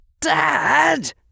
Dad